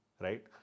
Right